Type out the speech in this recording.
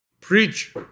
Preach